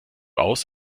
aus